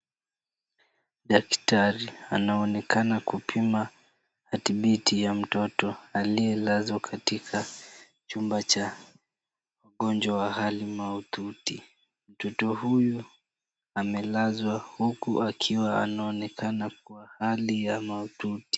Daktari anaonekana kupima hatibiti ya mtoto aliyelazwa katika chumba cha wagonjwa wa hali maututi. Mtoto huyu amelazwa huku akiwa anaonekana kuwa hali yamaututi.